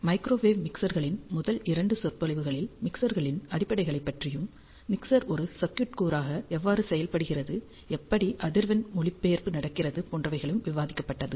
microwave மிக்சர்களின் முதல் இரண்டு சொற்பொழிவுகளில் மிக்சர்களின் அடிப்படைகளைப் பற்றியும் மிக்சர் ஒரு சர்க்யூட் கூறாக எவ்வாறு செயல்படுகிறது எப்படி அதிர்வெண் மொழிபெயர்ப்பு நடக்கிறது போன்றவைகளும் விவாதிக்கப்பட்டது